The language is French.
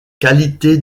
qualité